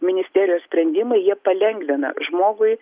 ministerijos sprendimai jie palengvina žmogui